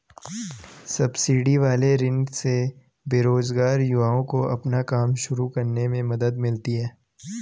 subsidy वाले ऋण से बेरोजगार युवाओं को अपना काम शुरू करने में मदद मिलती है